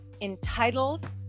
entitled